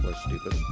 stupid